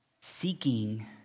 seeking